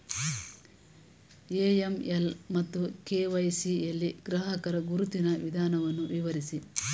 AML ಮತ್ತು KYC ಯಲ್ಲಿ ಗ್ರಾಹಕರ ಗುರುತಿನ ವಿಧಾನವನ್ನು ವಿವರಿಸಿ?